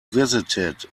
visited